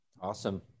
awesome